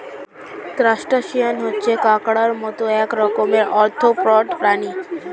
crustacean হচ্ছে কাঁকড়ার মত এক রকমের আর্থ্রোপড প্রাণী